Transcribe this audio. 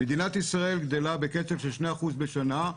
מדינת ישראל גדלה בקצב של 2% בשנה,